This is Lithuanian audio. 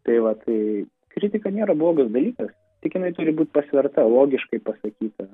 tai vat tai kritika nėra blogas dalykas tik jinai turi būti pasverta logiškai pasakyta